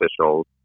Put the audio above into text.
officials